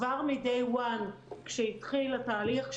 כבר מ-day 1 כשהתחיל התהליך,